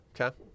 Okay